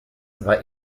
war